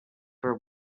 were